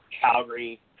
Calgary